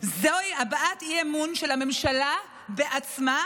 זוהי הבעת אי-אמון של הממשלה בעצמה,